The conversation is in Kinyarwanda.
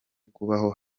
kuba